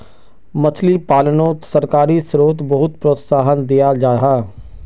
मछली पालानोत सरकारी स्त्रोत बहुत प्रोत्साहन दियाल जाहा